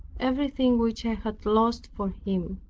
everything which i had lost for him.